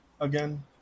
again